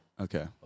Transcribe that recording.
Okay